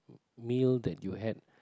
meal that you had